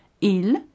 Il